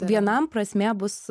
vienam prasmė bus